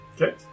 Okay